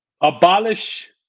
Abolish